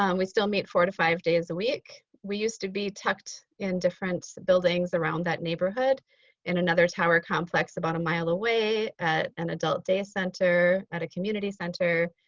um we still meet four to five days a week. we used to be tucked in different buildings around that neighborhood in another tower complex about a mile away, an adult day center, at a community center.